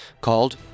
called